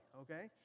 Okay